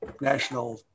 national